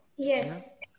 Yes